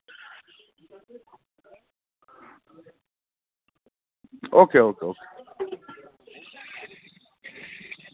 okay okay okay